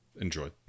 enjoy